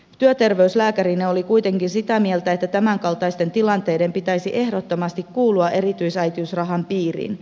työterveyslääkärini oli kuitenkin sitä mieltä että tämänkaltaisten tilanteiden pitäisi ehdottomasti kuulua erityisäitiysrahan piiriin